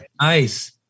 Nice